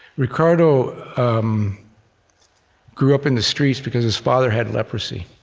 ricardo um grew up in the streets because his father had leprosy,